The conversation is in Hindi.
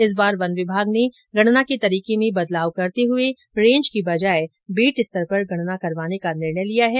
इस बार वन विभाग ने गणना के तरीके में बदलाव करते हुए रेंज की बजाय बीट स्तर पर गणना करवाने का निर्णय लिया है